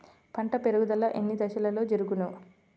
పంట పెరుగుదల ఎన్ని దశలలో జరుగును?